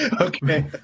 Okay